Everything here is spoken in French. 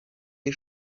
des